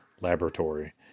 laboratory